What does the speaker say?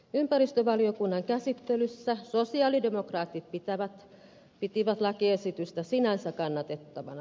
ympäristövaliokunnan käsittelyssä sosialidemokraatit pitivät lakiesitystä sinänsä kannatettavana